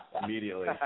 immediately